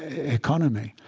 economy.